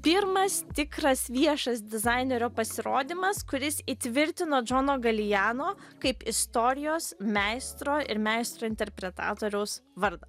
pirmas tikras viešas dizainerio pasirodymas kuris įtvirtino džono galijano kaip istorijos meistro ir meistro interpretatoriaus vardą